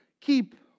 keep